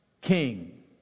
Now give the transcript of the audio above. king